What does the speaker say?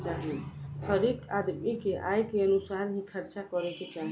हरेक आदमी के आय के अनुसार ही खर्चा करे के चाही